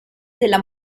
della